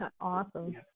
Awesome